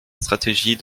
stratégie